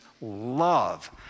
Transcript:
Love